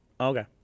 Okay